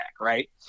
right